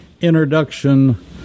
introduction